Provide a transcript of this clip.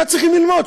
מה צריכים ללמוד?